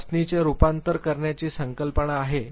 चाचणीचे रुपांतर करण्याची संकल्पना आहे